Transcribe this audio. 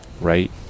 right